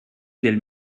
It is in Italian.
del